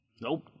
Nope